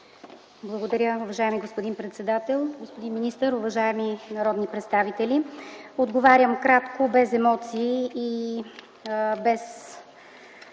Благодаря, уважаеми господин председател. Уважаеми народни представители! Отговарям кратко, без емоции и без